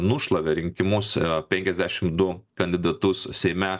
nušlavė rinkimuos penkiasdešim du kandidatus seime